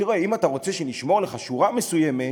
אם אתה רוצה שנשמור לך שורה מסוימת